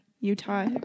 utah